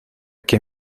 que